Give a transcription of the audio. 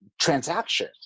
Transaction